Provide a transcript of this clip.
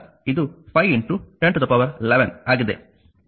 ಮತ್ತು ಮೈಕಾ ಇದು 51011 ಆಗಿದೆ